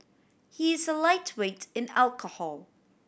he is a lightweight in alcohol